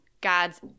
gods